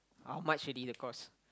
how much already the cost